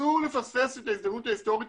אסור לפספס את ההזדמנות ההסטורית